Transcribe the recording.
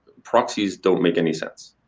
proxies don't make any sense.